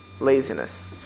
laziness